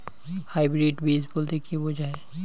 Hybrid বীজ বলতে কী বোঝায়?